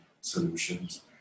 solutions